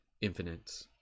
infinite